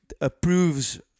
approves